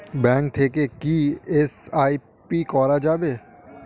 Bank থেকে কী SIP করা যাবে?